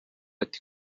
ati